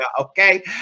okay